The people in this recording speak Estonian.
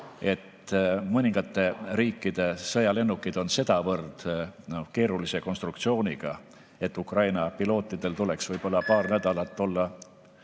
et mõningad teiste riikide sõjalennukid on sedavõrd keerulise konstruktsiooniga, et Ukraina pilootidel tuleks võib-olla paar nädalat olla